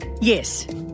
Yes